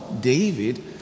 David